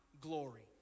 glory